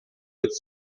its